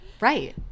Right